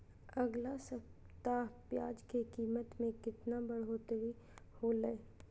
अगला सप्ताह प्याज के कीमत में कितना बढ़ोतरी होलाय?